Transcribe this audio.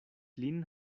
lin